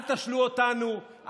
אל תשלו אותנו,